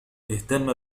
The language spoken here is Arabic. اهتم